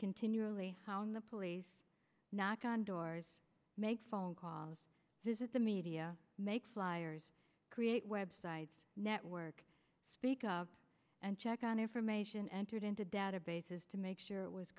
continually calling the police knock on doors make phone calls visit the media make flyers create websites network speak up and check on information entered into databases to make sure it was